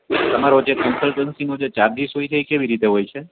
તમારો જે કન્સલ્ટન્સીનો જે ચાર્જીસ હોય છે એ કેવી રીતે હોય છે